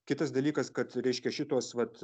kitas dalykas kad reiškia šituos vat